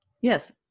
Yes